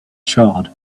charred